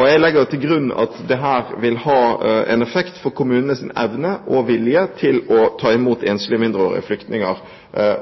Jeg legger til grunn at dette vil ha en effekt for kommunenes evne og vilje til å ta imot enslige mindreårige flyktninger